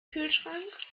kühlschrank